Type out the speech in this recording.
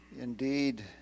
Indeed